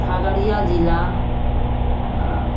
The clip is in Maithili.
खगड़िया जिला आ